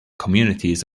communities